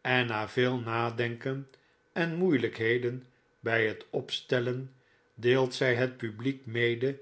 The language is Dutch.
en na veel nadenken en moeilijkheden bij het opstellen deelt zij het publiek mede